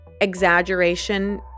exaggeration